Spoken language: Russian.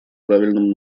правильном